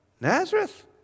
Nazareth